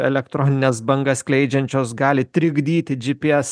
elektronines bangas skleidžiančios gali trikdyti gps